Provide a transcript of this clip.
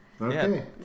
Okay